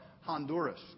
Honduras